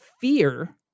Fear